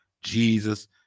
Jesus